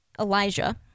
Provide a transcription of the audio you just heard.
Elijah